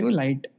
light